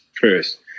first